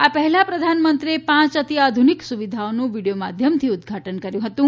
આ પહેલા પ્રધાનમંત્રીએ પાંચ અધિઆધુનિક સુવિધાઓનું વિડિયો માધ્યમથી ઉદ્દઘાટન કર્યુ હતું